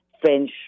french